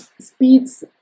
speeds